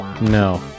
no